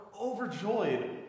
overjoyed